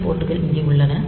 சில போர்ட் கள் இங்கே உள்ளன